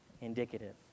indicative